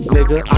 Nigga